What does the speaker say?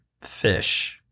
Fish